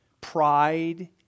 pride